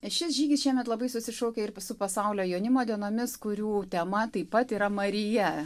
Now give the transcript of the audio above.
šis žygis šiemet labai susišaukia ir su pasaulio jaunimo dienomis kurių tema taip pat yra marija